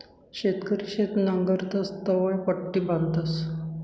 शेतकरी शेत नांगरतस तवंय पट्टी बांधतस